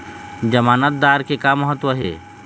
जमानतदार के का महत्व हे?